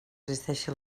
existeixi